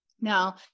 Now